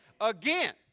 Again